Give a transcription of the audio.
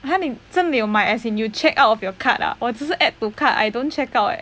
!huh! 你真的有买 as in you check out of your cart ah 我只是 add to cart I don't check out eh